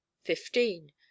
fifteen